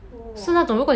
!whoa!